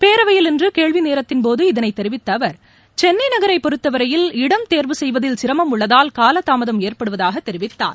பேரவையில் இன்று கேள்வி நேரத்தின் போது இதனை தெரிவித்த அவர் சென்னை நகரை பொறுத்தவரையில் இடம் தேர்வு செய்வதில் சிரமம் உள்ளதால் காலதாமதம் ஏற்படுவதாக தெரிவித்தார்